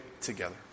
together